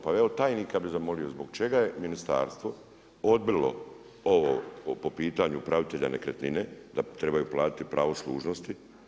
Pa evo tajnika bi zamolio, zbog čega je ministarstvo odbilo ovo po pitanju upravitelja nekretnine da trebaju platiti pravo služnosti.